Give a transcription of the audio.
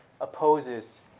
opposes